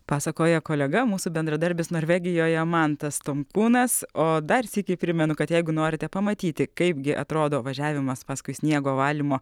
pasakoja kolega mūsų bendradarbis norvegijoje mantas tonkūnas o dar sykį primenu kad jeigu norite pamatyti kaipgi atrodo važiavimas paskui sniego valymo